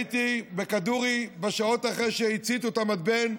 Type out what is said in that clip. הייתי בכדורי בשעות אחרי שהציתו את המתבן,